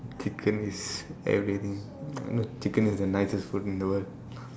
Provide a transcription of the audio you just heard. chicken is everything you know chicken is the nicest food in the world